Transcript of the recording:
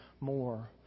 more